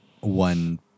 One